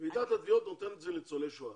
ועידת התביעות נותנת לניצולי השואה.